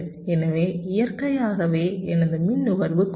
எனவே இயற்கையாகவே எனது மின் நுகர்வு குறையும்